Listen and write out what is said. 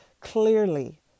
Clearly